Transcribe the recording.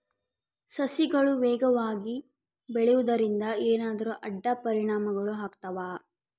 ಸಸಿಗಳು ವೇಗವಾಗಿ ಬೆಳೆಯುವದರಿಂದ ಏನಾದರೂ ಅಡ್ಡ ಪರಿಣಾಮಗಳು ಆಗ್ತವಾ?